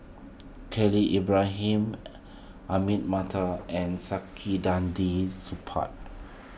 Khalil Ibrahim Ahmad Mattar and Saktiandi Supaat